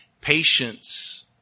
patience